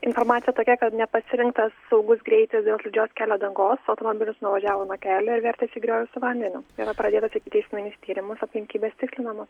informacija tokia kad nepasirinktas saugus greitis dėl slidžios kelio dangos automobilis nuvažiavo nuo kelio ir vertėsi į griovį su vandeniu yra pradėtas ikiteisminis tyrimas aplinkybės tikslinamos